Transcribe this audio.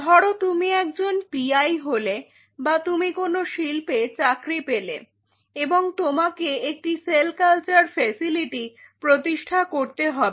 ধরো তুমি একজন পি আই হলে বা তুমি কোন শিল্পে চাকরি পেলে এবং তোমাকে একটি সেল কালচার ফেসিলিটি প্রতিষ্ঠা করতে হবে